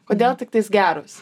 kodėl tiktais geros